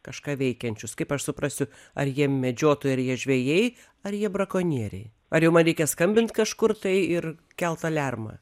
kažką veikiančius kaip aš suprasiu ar jie medžiotojai ar jie žvejai ar jie brakonieriai ar jau man reikia skambint kažkur tai ir kelt aliarmą